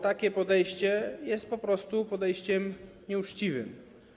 Takie podejście jest po prostu podejściem nieuczciwym.